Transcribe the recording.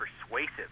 persuasive